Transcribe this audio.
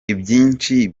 ibyinshi